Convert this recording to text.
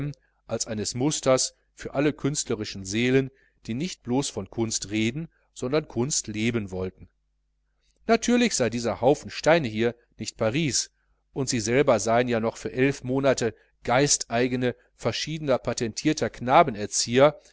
als eines musters für alle künstlerischen seelen die nicht blos von kunst reden sondern kunst leben wollten natürlich sei dieser haufen steine hier nicht paris und sie selber seien ja noch für elf monate geisteigene verschiedener patentierter